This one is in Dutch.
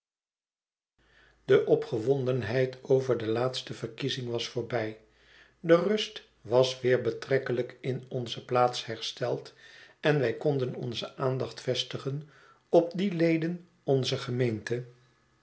de opgewondenheid over de laatste verkiezing was voorbij de rust was weer betrekkelijk in onze plaats hersteld en wij konden onze aandacht vestigen op die leden onzer gemeenillbung's